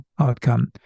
outcome